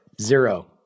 Zero